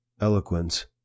eloquence